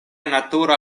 natura